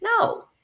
no